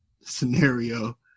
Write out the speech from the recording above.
scenario